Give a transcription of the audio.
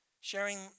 sharing